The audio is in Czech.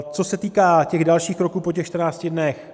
Co se týká dalších kroků po těch 14 dnech.